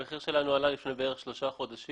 המחיר שלנו עלה לפני בערך שלושה חודשים.